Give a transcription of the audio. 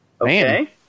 Okay